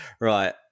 right